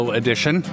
edition